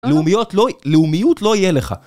לאומיות לא, לאומיות לא יהיה לך